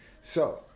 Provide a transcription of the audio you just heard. So-